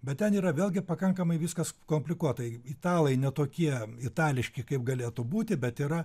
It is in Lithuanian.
bet ten yra vėlgi pakankamai viskas komplikuota italai ne tokie itališki kaip galėtų būti bet yra